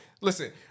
Listen